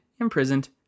imprisoned